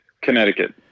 Connecticut